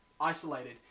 isolated